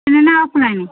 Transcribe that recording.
online ନା offline